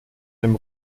dem